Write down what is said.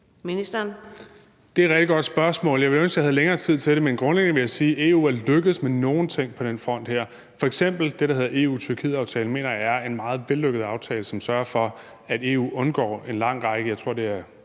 Det er et rigtig godt spørgsmål, og jeg ville ønske, at jeg havde længere tid til at svare på det, men grundlæggende vil jeg sige, at EU er lykkedes med nogle ting på den her front. Jeg mener f.eks., at det, der hedder EU-Tyrkiet-aftalen, er en meget vellykket aftale, som sørger for, at EU undgår en lang række